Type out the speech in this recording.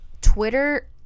Twitter